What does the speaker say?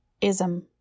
Ism